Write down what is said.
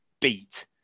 beat